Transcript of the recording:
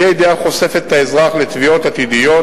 אי-הידיעה חושפת את האזרח לתביעות עתידיות